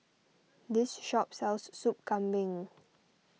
this shop sells Soup Kambing